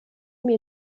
mir